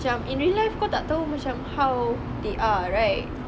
macam in real life kau tak tahu macam how they are right